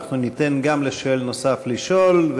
ניתן גם לשואל נוסף לשאול,